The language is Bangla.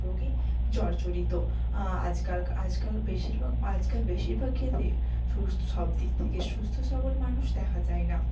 রোগে জর্জরিত আজকাল আজকাল বেশিরভাগ আজকাল বেশিরভাগ ক্ষেত্রেই সুস্থ সব দিক থেকে সুস্থ সবল মানুষ দেখা যায় না